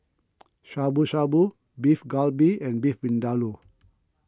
Shabu Shabu Beef Galbi and Beef Vindaloo